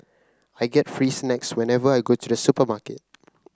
I get free snacks whenever I go to the supermarket